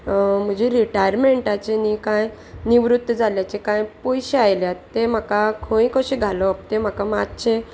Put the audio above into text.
म्हजे रिटायरमेंटाचें न्ही कांय निवृत्त जाल्ल्याचे कांय पयशे आयल्यात ते म्हाका खंय कशें घालप तें म्हाका मातशें